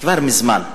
כבר מזמן,